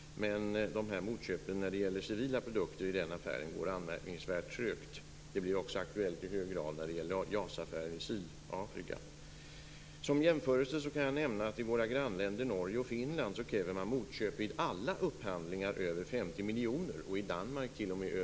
Men motköpen av civila produkter i den affären går anmärkningsvärt trögt. Detta är också i hög grad aktuellt i JAS-affären i Som jämförelse kan jag nämna att i våra grannländer Norge och Finland kräver man motköp vid alla upphandlingar över 50 miljoner - i Danmark t.o.m.